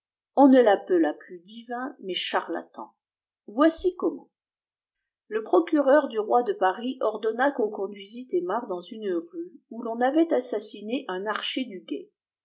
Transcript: on ne l'appela plus divin mais charlatan voici comment le procureur du roi de paris ordonna qu'on conduisît aymar éàas une rue où l'on avait assassiné un archer du guet